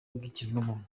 bw’ikiremwamuntu